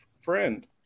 friend